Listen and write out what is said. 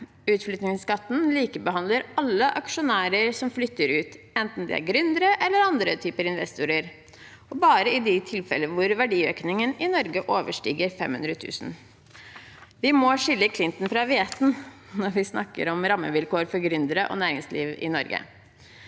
Utflyttingsskatten likebehandler alle aksjonærer som flytter ut, enten de er gründere eller andre typer investorer, og gjelder bare i de tilfeller hvor verdiøkningen i Norge overstiger 500 000 kr. Vi må skille klinten fra hveten når vi snakker om rammevilkår for gründere og næringsliv i Norge.